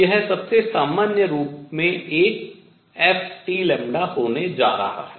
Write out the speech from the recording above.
तो यह सबसे सामान्य रूप में एक f Tλ होने जा रहा है